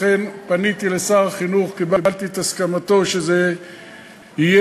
ולכן פניתי לשר החינוך וקיבלתי את הסכמתו שזה יהיה